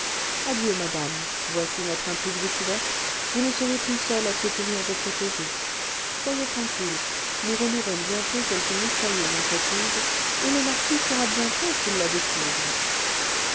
adieu madame voici notre intrigue découverte vous ne serez plus seule à secourir vos protégés soyez tranquille nous renouerons bientôt quelque mystérieuse entreprise et le marquis sera bien fin s'il la découvre